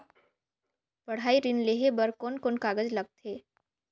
पढ़ाई ऋण लेहे बार कोन कोन कागज लगथे?